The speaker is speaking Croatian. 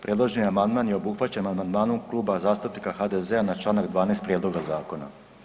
Predloženi amandman je obuhvaćen amandmanom Kluba zastupnika HDZ-a na čl. 12 prijedloga zakona.